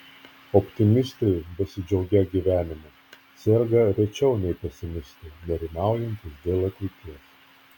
optimistai besidžiaugią gyvenimu serga rečiau nei pesimistai nerimaujantys dėl ateities